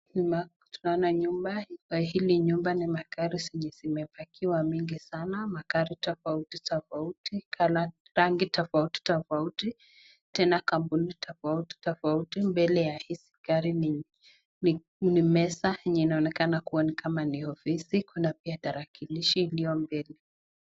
Nyumba, tunaona nyumba, kwa hili nyumba ni magari zenye zimepakiwa mingi sana, magari tofauti tofauti, rangi tofauti tofauti tena kampuni tofauti tofauti. Mbele ya hizi gari ni meza yenye inaonekana kuwa ni kama ni ofisi, kuna pia tarakilishi iliyo mbele.